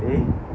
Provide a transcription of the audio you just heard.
eh